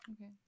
Okay